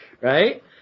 right